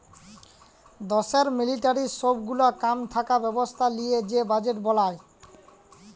দ্যাশের মিলিটারির সব গুলা কাম থাকা ব্যবস্থা লিয়ে যে বাজেট বলায়